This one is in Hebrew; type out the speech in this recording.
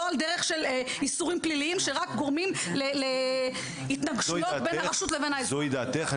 לא על דרך איסורים פליליים שרק גורמים להתנגשויות בין הרשות לבין האזרח.